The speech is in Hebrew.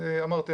אני אמרתי,